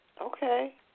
Okay